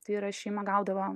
tai yra šeima gaudavo